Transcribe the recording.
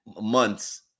months